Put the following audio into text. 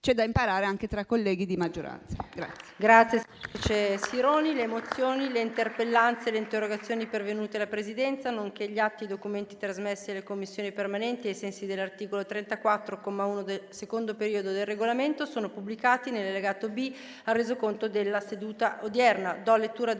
C'è da imparare anche tra colleghi di maggioranza.